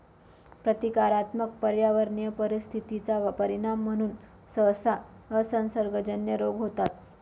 प्रतीकात्मक पर्यावरणीय परिस्थिती चा परिणाम म्हणून सहसा असंसर्गजन्य रोग होतात